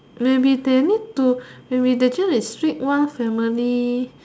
maybe they need to maybe they just is street one family